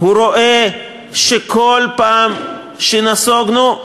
הוא רואה שכל פעם שנסוגונו,